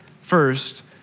First